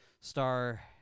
Star